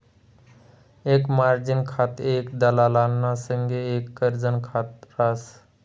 एक मार्जिन खातं एक दलालना संगे एक कर्जनं खात रास